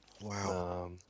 Wow